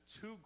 two